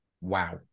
Wow